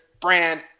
brand